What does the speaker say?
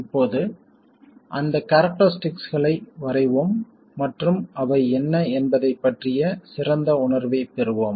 இப்போது அந்த கேரக்டரிஸ்டிக்ஸ்களை வரைவோம் மற்றும் அவை என்ன என்பதைப் பற்றிய சிறந்த உணர்வைப் பெறுவோம்